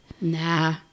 Nah